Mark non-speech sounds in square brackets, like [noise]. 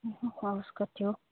[unintelligible] आवाज काटियो